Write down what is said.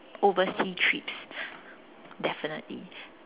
oversea trips definitely